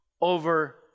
over